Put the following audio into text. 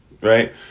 Right